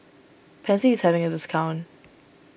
Pansy is having a discount